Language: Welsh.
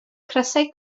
crysau